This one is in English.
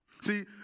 See